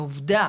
העובדה